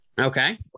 Okay